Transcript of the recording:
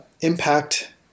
impact